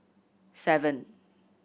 seven